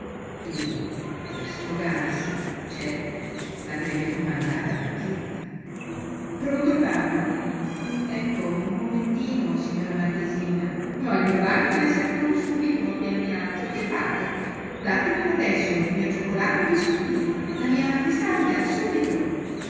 e per sfogarsi certo l'avrebbe comandata a bacchetta pronto il bagno ecco un momentino signora marchesina ma il mio bagno dev'esser pronto subito appena mi alzo che fate datemi adesso il mio cioccolato e i biscottini la mia vestaglia subito